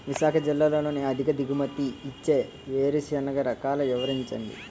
విశాఖ జిల్లాలో అధిక దిగుమతి ఇచ్చే వేరుసెనగ రకాలు వివరించండి?